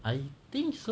I think so